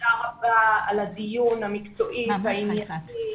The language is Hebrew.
תודה רבה על הדיון המקצועי והענייני.